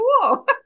cool